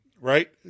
Right